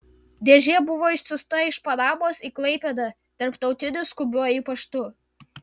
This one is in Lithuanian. dėžė buvo išsiųsta iš panamos į klaipėdą tarptautiniu skubiuoju paštu